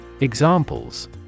Examples